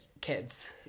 kids